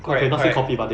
correct correct